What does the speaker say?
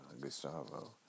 Gustavo